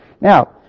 Now